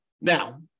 Now